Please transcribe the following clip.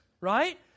right